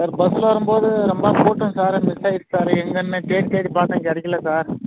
ஒரு பஸ்ஸில் வரும் போது ரொம்ப கூட்டம் சார் மிஸ் ஆயிடுச்சு எங்கேன்னு தேடி தேடி பார்த்த கிடைக்கல சார்